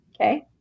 Okay